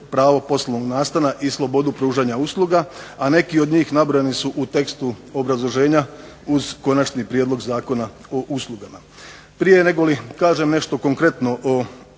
pravo poslovnog nastana i slobodu pružanja usluga, a neki od njih nabrojani su u tekstu obrazloženja uz konačni prijedlog Zakona o uslugama. Prije negoli kažem nešto konkretno o